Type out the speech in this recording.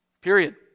period